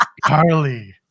Carly